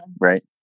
Right